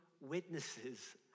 witnesses